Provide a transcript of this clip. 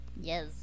Yes